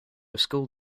school